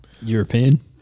European